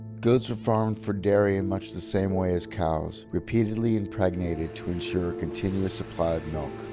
goats are farmed for dairy in much the same way as cows, repeatedly impregnated to ensure a continuous supply of milk.